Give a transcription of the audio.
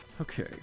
Okay